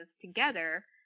together